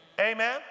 Amen